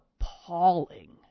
appalling